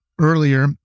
Earlier